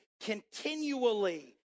Continually